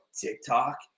tiktok